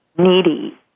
needy